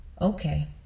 Okay